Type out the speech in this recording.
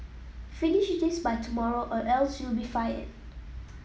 finish this by tomorrow or else you'll be fired